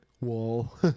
wall